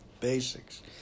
basics